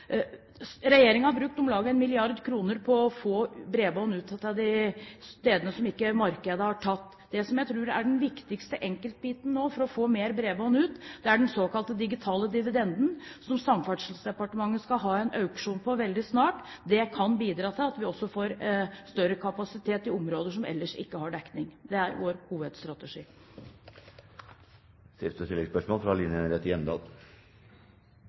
har brukt om lag 1 mrd. kr på å få bredbånd ut til de stedene som markedet ikke har tatt. Det jeg tror er den viktigste enkeltbiten nå for å få mer bredbånd, er den såkalte digitale dividenden, som Samferdselsdepartementet skal ha en auksjon på veldig snart. Det kan bidra til at vi også får større kapasitet i områder som ellers ikke har dekning. Det er vår hovedstrategi. Line Henriette Hjemdal – til siste